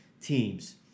teams